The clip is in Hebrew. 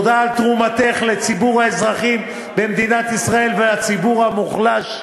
תודה על תרומתך לציבור האזרחים במדינת ישראל והציבור המוחלש.